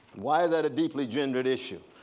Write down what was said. why is that a deeply gendered issue?